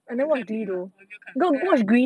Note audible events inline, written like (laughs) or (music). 你有看 glee 嘛我没有看 (laughs)